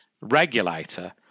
regulator